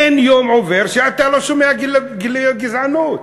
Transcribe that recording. אין יום שעובר שאתה לא שומע גילויי גזענות.